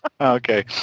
Okay